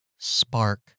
spark